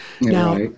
Now